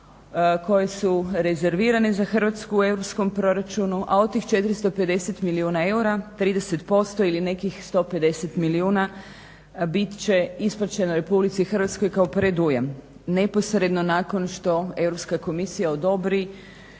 koji su rezervirani za Hrvatsku u europskom proračunu, a od tih 450 milijuna eura 30% ili nekih 150 milijuna bit će isplaćeno RH kao predujam neposredno nakon što Europska komisija odobri